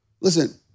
Listen